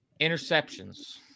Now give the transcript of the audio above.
interceptions